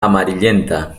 amarillenta